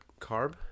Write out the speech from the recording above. carb